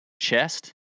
chest